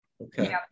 Okay